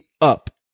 up